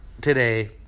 today